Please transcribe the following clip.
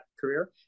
career